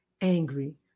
angry